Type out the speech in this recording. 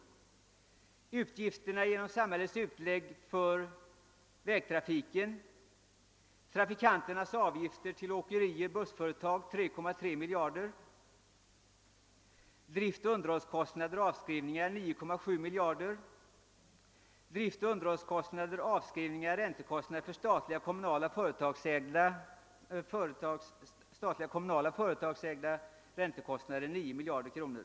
Samhällets utlägg för vägtrafiken var följande: trafikanternas avgifter till åkerier, bussföretag m.m. 3,3 miljarder kronor, driftoch underhållskostnader samt avskrivningar 9,7 miljarder kronor, driftoch underhållskostnader, avskrivningar samt räntekostnader för statliga, kommunala och företagsägda fordon 9 miljarder kronor.